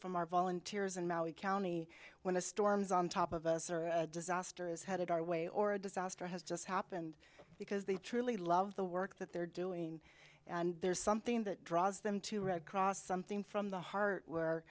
from our volunteers in maui county when the storms on top of us or a disaster is headed our way or a disaster has just happened because they truly love the work that they're doing and there's something that draws them to red cross something from the heart where